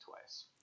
twice